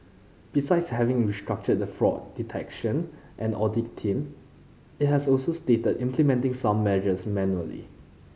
besides having restructured the fraud detection and audit team it has also stated implementing some measures manually